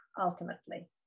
ultimately